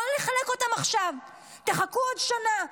לא לחלק אותם עכשיו, תחכו עוד שנה.